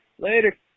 Later